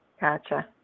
gotcha